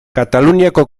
kataluniako